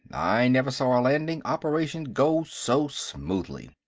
i never saw a landing operation go so smoothly.